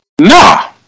Nah